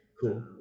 Cool